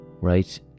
right